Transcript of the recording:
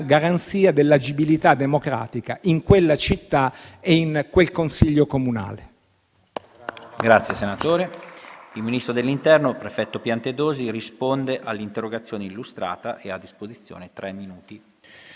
garanzia dell'agibilità democratica in quella città e in quel consiglio comunale.